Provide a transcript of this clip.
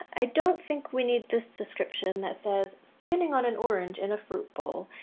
i don't think we need this description that says standing on an orange in a fruit bowl.